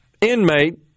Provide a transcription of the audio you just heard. inmate